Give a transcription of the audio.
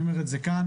אני אומר את זה כאן,